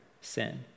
sin